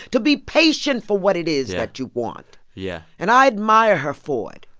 to be patient for what it is that you want yeah and i admire her for it.